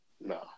No